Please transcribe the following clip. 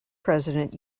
president